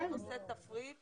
במבחן התמיכה